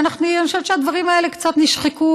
אני חושבת שהדברים האלה קצת נשחקו,